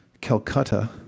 Calcutta